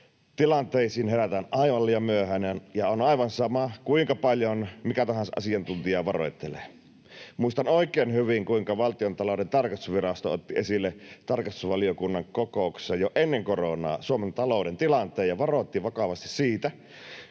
Tilanteisiin herätään aivan liian myöhään, ja on aivan sama, kuinka paljon mikä tahansa asiantuntija varoittelee. Muistan oikein hyvin, kuinka Valtiontalouden tarkastusvirasto otti esille tarkastusvaliokunnan kokouksessa jo ennen koronaa Suomen talouden tilanteen ja varoitti vakavasti siitä,